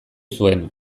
zuen